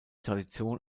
tradition